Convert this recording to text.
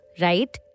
right